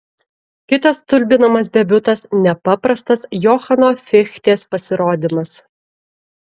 kitas stulbinamas debiutas nepaprastas johano fichtės pasirodymas